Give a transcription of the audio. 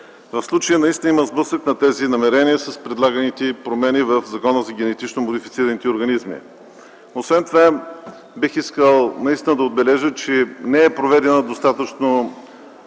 В случая наистина има сблъсък на тези намерения с предлаганите промени в Закона за генетично модифицираните организми. Бих искал да отбележа, че не е проведена достатъчно